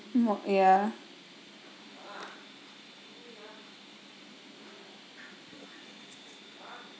more yeah